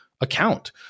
account